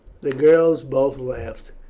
the girls both laughed.